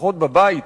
לפחות בבית,